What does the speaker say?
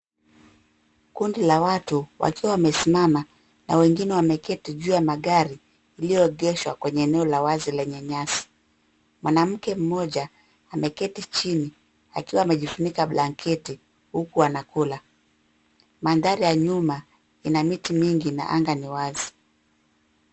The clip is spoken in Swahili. Kundi la watu wakiwa wamesimama na wengine wameketi juu ya magari iliyoegeshwa kwenye eneo la wazi lenye nyasi. Mwanamke mmoja ameketi chini akiwa amejifunika blanketi huku anakula. Mandhari ya nyuma ina miti mingi na anga ni wazi.